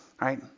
right